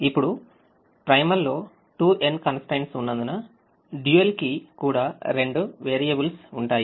ఇప్పుడు primal లో 2n constraintsఉన్నందునdual కి కూడా రెండు వేరియబుల్స్ ఉంటాయి